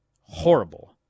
horrible